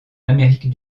amérique